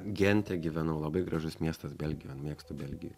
gente gyvenau labai gražus miestas belgijon mėgstu belgiją